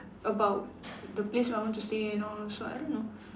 about the place I want to stay and all so I don't know